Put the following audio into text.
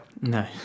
No